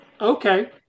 Okay